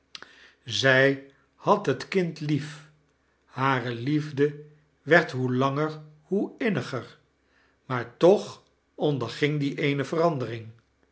zij had het kind lief hare liefde werd lioe langer hoe inniger maar toch onderging die eene verandering